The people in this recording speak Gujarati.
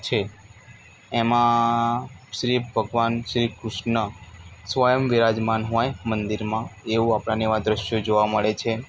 છે એમાં શ્રી ભગવાન શ્રી કૃષ્ન સ્વયં બિરાજમાન હોય મંદિરમાં એવું આપણને એવાં દૃશ્યો જોવા મળે છે